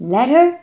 Letter